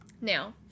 Now